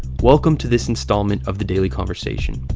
welcome to this installment of the daily conversation.